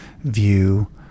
view